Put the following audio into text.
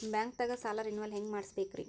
ಬ್ಯಾಂಕ್ದಾಗ ಸಾಲ ರೇನೆವಲ್ ಹೆಂಗ್ ಮಾಡ್ಸಬೇಕರಿ?